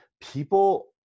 people